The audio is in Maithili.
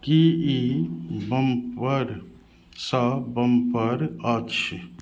की ई बम्परसँ बम्पर अछि